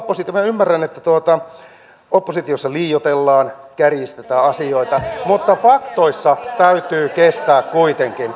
minä ymmärrän että oppositiossa liioitellaan kärjistetään asioita mutta faktoissa täytyy kestää kuitenkin